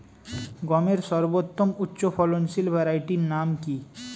গমের সর্বোত্তম উচ্চফলনশীল ভ্যারাইটি নাম কি?